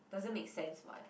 doesn't make sense [what]